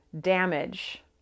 damage